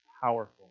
powerful